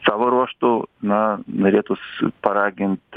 savo ruožtu na norėtųs paragint